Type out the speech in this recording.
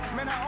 Man